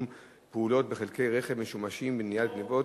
פעולות בחלקי רכב משומשים (מניעת גנבות)